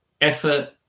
effort